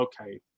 okay